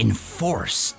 Enforce